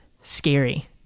scary